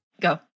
Go